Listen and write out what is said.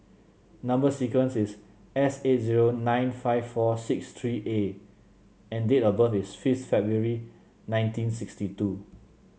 number sequence is S eight zero nine five four six three A and date of birth is fifth February nineteen sixty two